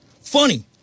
Funny